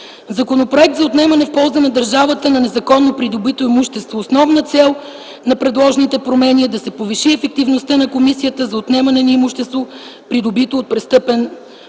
Законопроект за отнемане в полза на държавата на незаконно придобито имущество. Основна цел на предложените промени е да се повиши ефективността на Комисията за отнемане на имущество, придобито по престъпен начин;